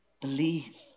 Believe